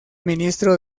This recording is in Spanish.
ministro